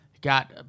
Got